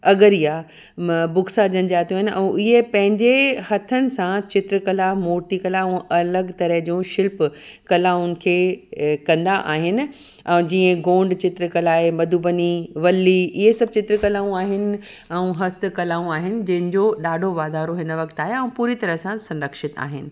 अगरिया बुक्सा जनजातियूं आहिनि ऐं इहे पंहिंजे हथनि सां चित्रकला मूर्तीकला ऐं अलॻि तरह जूं शिल्प कलाउनि खे कंदा आहिनि ऐं जीअं गोंड चित्रकला आहे मधुबनी वल्ली इहे सभु चित्र कलाऊं आहिनि ऐं हस्तकलाऊं आहिनि जंहिं जो ॾाढो वाधारो हिन वक़्तु आहे ऐं पूरी तरह सां संरक्षित आहिनि